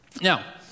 Now